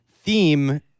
theme